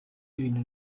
ibintu